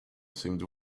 seemed